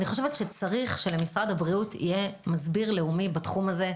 אני חושבת שצריך שלמשרד הבריאות יהיה מסביר לאומי בתחום הזה,